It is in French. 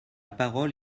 parole